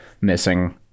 missing